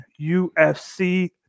UFC